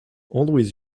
always